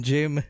Jim